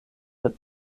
sed